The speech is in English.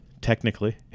technically